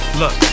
look